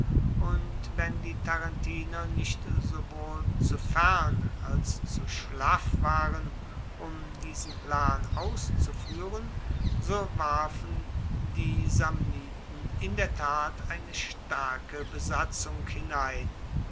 und wenn die tarentiner nicht sowohl zu fern als zu schlaff waren um diesen plan auszufuehren so warfen die samniten in der tat eine starke besatzung hinein